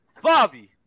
Bobby